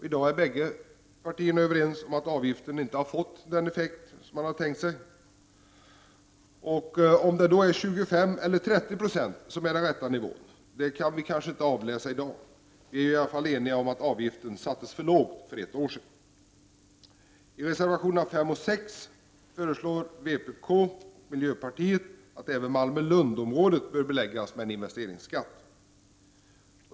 I dag är bägge partierna överens om att avgiften inte har fått avsedd effekt. Om det är 25 eller 30 76 som är den rätta nivån, kan vi nog inte avläsa i dag. Vi är dock eniga om att avgiften sattes för lågt för ett år sedan. I reservationerna 5 och 6 föreslår vpk och miljöpartiet att även Malmö—- Lund-området bör beläggas med en investeringsskatt.